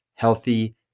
healthy